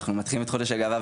אנחנו מתחילים את חודש הגאווה,